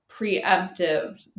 preemptive